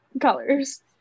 colors